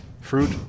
Fruit